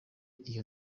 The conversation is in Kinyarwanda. iyo